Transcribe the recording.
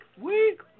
week